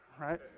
right